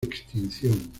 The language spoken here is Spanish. extinción